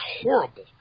horrible